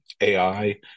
AI